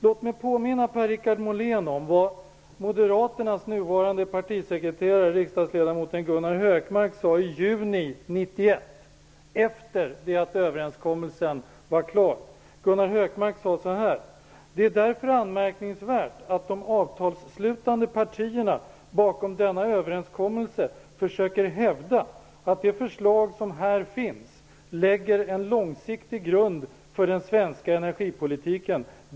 Låt mig påminna Gunnar Hökmark sade i juni 1991 efter det att överenskommelsen var klar. Han sade så här: Det är anmärkningsvärt att de avtalsslutande partierna bakom denna överenskommelse försöker hävda att de förslag som här finns lägger en långsiktig grund för den svenska energipolitiken.